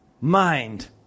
mind